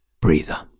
breather